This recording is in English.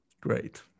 great